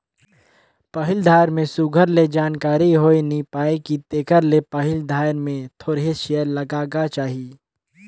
पहिल धाएर में सुग्घर ले जानकारी होए नी पाए कि तेकर ले पहिल धाएर में थोरहें सेयर लगागा चाही